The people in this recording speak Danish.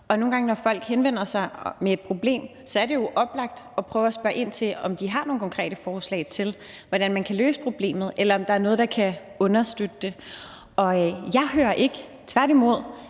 Nogle gange når folk henvender sig med et problem, er det jo oplagt at prøve at spørge ind til, om de har nogle konkrete forslag til, hvordan man kan løse problemet, eller om der er noget, der kan afhjælpe det. Jeg hører ikke, at